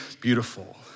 beautiful